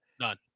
None